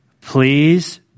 Please